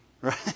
Right